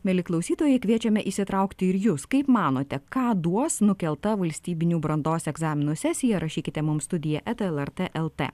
mieli klausytojai kviečiame įsitraukti ir jus kaip manote ką duos nukelta valstybinių brandos egzaminų sesija rašykite mums studija eta el er t el t